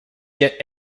jet